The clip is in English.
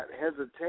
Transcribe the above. hesitation